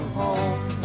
home